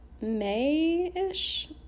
May-ish